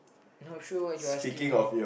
not sure what you asking me